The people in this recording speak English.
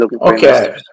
okay